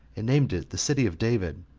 and named it the city of david,